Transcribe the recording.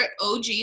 OG